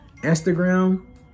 Instagram